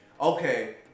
okay